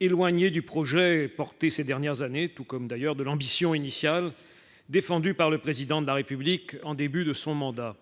éloigné du projet porté ces dernières années, tout comme d'ailleurs de l'ambition initiale défendue par le président de la République en début de son mandat,